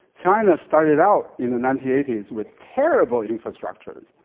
china started out in the nineteen eighty s with terrible infrastructure.